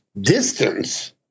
distance